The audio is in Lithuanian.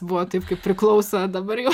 buvo taip kaip priklauso dabar jau